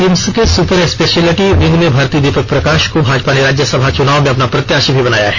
RIMS के super speciality wing में भर्ती दीपक प्रकाष को भाजपा ने राज्यसभा चुनाव में अपना प्रत्याषी भी बनाया है